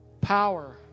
Power